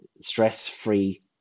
stress-free